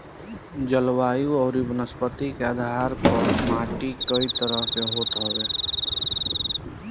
जलवायु अउरी वनस्पति के आधार पअ माटी कई तरह के होत हवे